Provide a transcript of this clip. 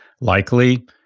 likely